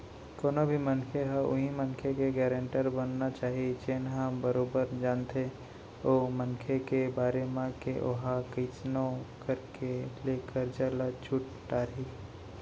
कोनो भी मनखे ह उहीं मनखे के गारेंटर बनना चाही जेन ह बरोबर जानथे ओ मनखे के बारे म के ओहा कइसनो करके ले करजा ल छूट डरही